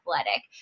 athletic